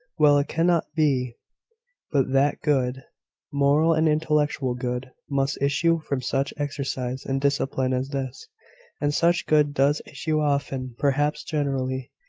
well! it cannot be but that good moral and intellectual good must issue from such exercise and discipline as this and such good does issue often, perhaps generally.